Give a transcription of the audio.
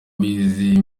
bizwi